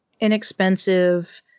inexpensive